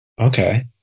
Okay